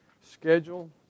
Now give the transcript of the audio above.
schedule